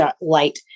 light